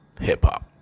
hip-hop